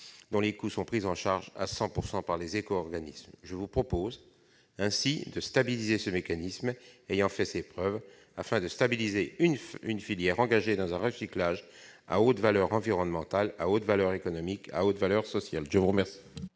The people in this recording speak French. dont les coûts sont pris en charge à 100 % par les éco-organismes. Je propose de pérenniser ce mécanisme ayant fait ses preuves afin de stabiliser une filière engagée dans un recyclage à haute valeur environnementale, à haute valeur économique, à haute valeur sociale. La parole